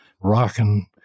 rocking